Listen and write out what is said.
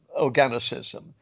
organicism